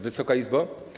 Wysoka Izbo!